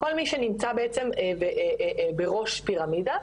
כל מי שנמצא בעצם בראש פירמידה,